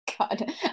God